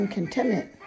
Contentment